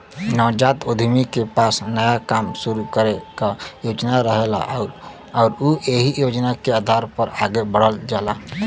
नवजात उद्यमी के पास नया काम शुरू करे क योजना रहेला आउर उ एहि योजना के आधार पर आगे बढ़ल जाला